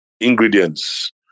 ingredients